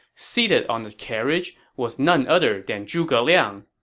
seated on the carriage was none other than zhuge liang.